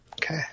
Okay